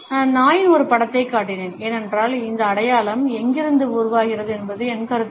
நான் நாயின் ஒரு படத்தைக் காட்டினேன் ஏனென்றால் இந்த அடையாளம் எங்கிருந்து உருவாகிறது என்பது என் கருத்து